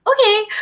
okay